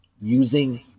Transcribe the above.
using